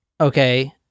okay